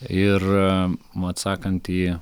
ir atsakant į